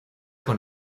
con